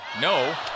No